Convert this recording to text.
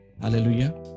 Hallelujah